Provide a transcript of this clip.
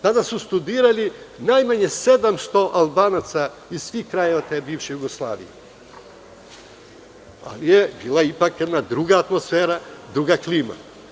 Tada je studiralo najmanje 700 Albanaca iz svih krajeva bivše Jugoslavije, ali je postojala druga atmosfera, druga klima.